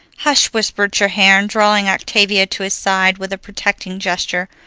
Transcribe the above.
hush! whispered treherne, drawing octavia to his side with a protecting gesture.